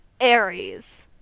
Aries